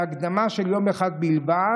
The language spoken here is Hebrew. בהקדמה של יום אחד בלבד,